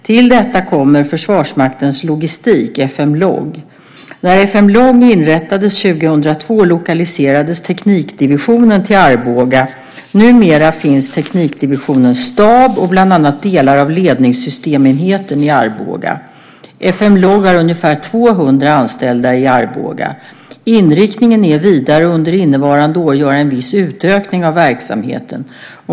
Till detta kommer Försvarsmaktens logistik, FM Log. När FM Log inrättades 2002 lokaliserades teknikdivisionen till Arboga. Numera finns teknikdivisionens stab och bland annat delar av ledningssystemenheten i Arboga. FM Log har ungefär 200 anställda i Arboga. Inriktningen är vidare att under innevarande år göra en viss utökning av verksamheten.